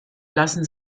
lassen